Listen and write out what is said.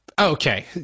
Okay